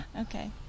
Okay